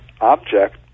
object